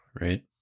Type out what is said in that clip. right